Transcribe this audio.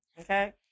Okay